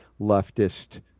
leftist